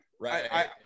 Right